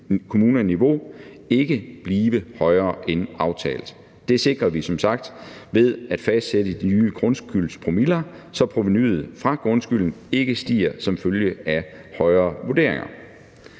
kommuneniveau ikke blive højere end aftalt. Det sikrer vi som sagt ved at fastsætte de nye grundskyldspromiller, så provenuet fra grundskylden ikke stiger som følge af højere vurderinger.